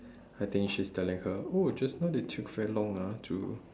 I think she's telling her oh just now they took very long ah to